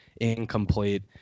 incomplete